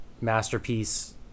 masterpiece